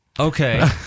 Okay